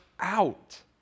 out